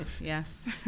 Yes